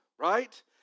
right